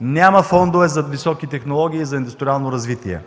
Няма фондове за високи технологии, за индустриално развитие.